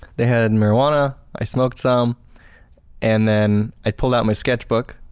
they had and marijuana, i smoked some and then i pulled out my sketchbook